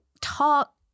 talk